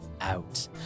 out